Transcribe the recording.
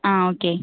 ஆ okay